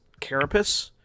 carapace